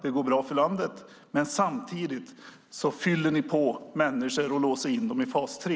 Det går bra för landet, men samtidigt fyller ni på med människor som ni låser in i fas 3.